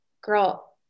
girl